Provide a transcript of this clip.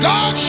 God